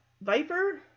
Viper